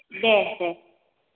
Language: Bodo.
दे दे